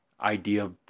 idea